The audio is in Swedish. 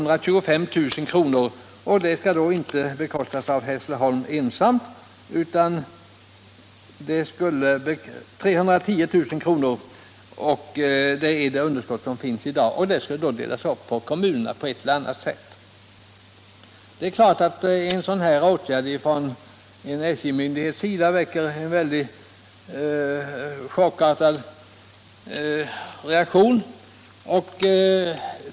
Det beloppet skall inte bekostas av Hässleholms kommun ensam utan på ett eller annat sätt delas upp mellan berörda kommuner. Det är klart att ett sådant meddelande från en SJ-avdelning väcker en chockartad reaktion.